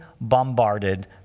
bombarded